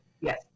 yes